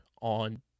on